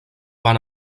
van